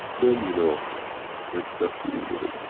then you know exactly where